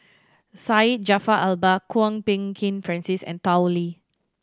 Syed Jaafar Albar Kwok Peng Kin Francis and Tao Li